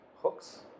hooks